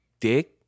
dick